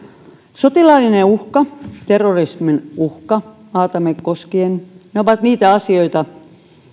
sotilaallinen uhka ja terrorismin uhka maatamme koskien ovat niitä asioita